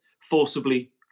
forcibly